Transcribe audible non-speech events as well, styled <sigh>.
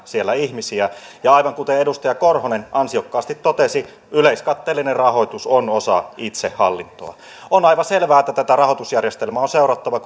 ihmisiä ja aivan kuten edustaja korhonen ansiokkaasti totesi yleiskatteellinen rahoitus on osa itsehallintoa on aivan selvää että tätä rahoitusjärjestelmää on seurattava <unintelligible>